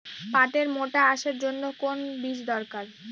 পাটের মোটা আঁশের জন্য কোন বীজ দরকার?